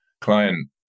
client